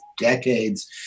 decades